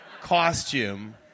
costume